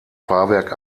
fahrwerk